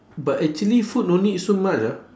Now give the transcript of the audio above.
but actually food no need so much ah